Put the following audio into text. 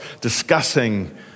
discussing